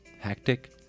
hectic